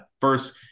first